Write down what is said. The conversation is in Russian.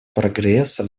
прогресса